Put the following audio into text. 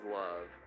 love